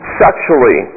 sexually